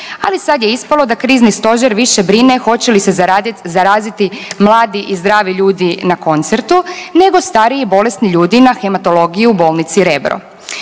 Ali sad je ispalo da krizni stožer više brine hoće li se zaraziti mladi i zdravi ljudi na koncertu, nego stari i bolesni ljudi na hematologiji u bolnici Rebro.